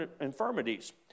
infirmities